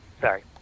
Sorry